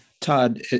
Todd